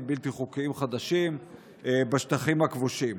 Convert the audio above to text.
בלתי חוקיים חדשים בשטחים הכבושים.